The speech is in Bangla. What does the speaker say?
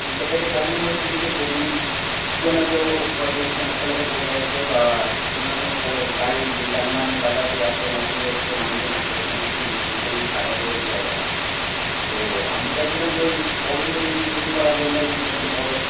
তো সেটাতে প্রবলেম হচ্ছে কি যে প্রতিদিন কেউ না কেউ হয়তো ধাক্কা লেগে পড়ে যাচ্ছে বা কোন না কোন গাড়ি যে যানবাহনের যাতায়াতের রাস্তায় কোন অসুবিধা হচ্ছে মানুষজন হাঁটতে পারছে না একটু বৃষ্টিতেই কাদা হয়ে যাচ্ছে জায়গাটা তো আমি চাইছিলাম যে ওই প্রবলেমগুলো যদি কিছু দূর করার জন্যে যদি কোন একটা বড়ো